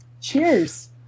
cheers